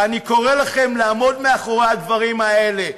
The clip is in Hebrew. ואני קורא לכם לעמוד מאחורי הדברים האלה,